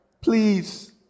Please